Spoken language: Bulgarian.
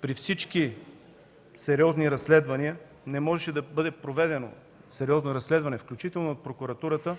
при всички разследвания не можеше да бъде проведено сериозно разследване, включително от прокуратурата,